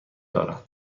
دارم